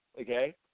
okay